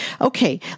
Okay